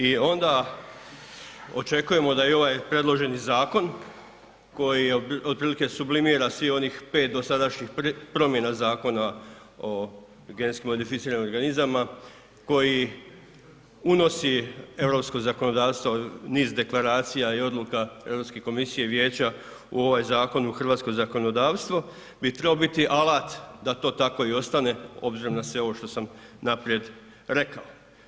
I onda očekujemo da i ovaj predloženi zakon koji otprilike sublimira svih onih 5 dosadašnjih promjena Zakona o GMO-u, koji unosi europski zakonodavstvo niz deklaracija i odluka Europske komisije i Vijeća u ovaj zakon u hrvatsko zakonodavstvo bi trebao biti alat da to tako i ostane obzirom na sve ovo što sam naprijed rekao.